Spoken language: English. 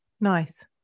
nice